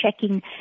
checking